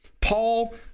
Paul